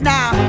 Now